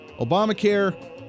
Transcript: Obamacare